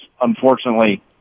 unfortunately